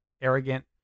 arrogant